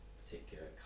particular